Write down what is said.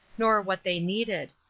nor what they needed.